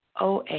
OA